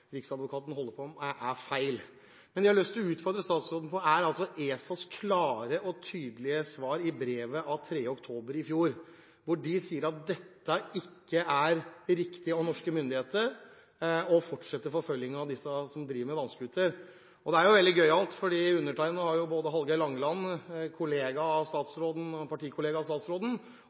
Riksadvokaten holder på med, er feil. Jeg har lyst til å utfordre statsråden: Det er ESAs klare og tydelige svar i brevet av 3. oktober i fjor at det ikke er riktig av norske myndigheter å fortsette forfølgingen av dem som driver med vannscooter. Det er veldig gøyalt, for både Hallgeir H. Langeland, partikollega av statsråden, og Freddy de Ruiter, som er stortingsrepresentant fra et av regjeringspartiene, sier at dette nå må opphøre. Min utfordring til statsråden